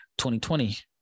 2020